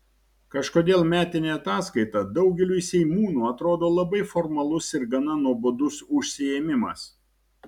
kažkodėl metinė ataskaita daugeliui seimūnų atrodo labai formalus ir gana nuobodus užsiėmimas